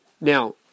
Now